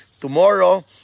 tomorrow